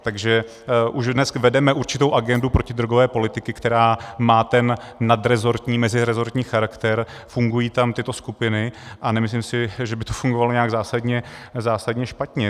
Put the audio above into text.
Takže už dnes vedeme určitou agendu protidrogové politiky, která má ten nadresortní, meziresortní charakter, fungují tam tyto skupiny a nemyslím si, že by to fungovalo nějak zásadně špatně.